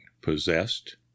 possessed